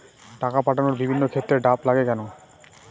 টাকা পাঠানোর বিভিন্ন ক্ষেত্রে ড্রাফট লাগে কেন?